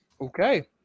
Okay